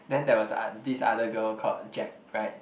then there was this other girl called Jac right